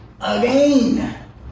again